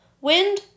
Wind